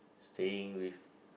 staying with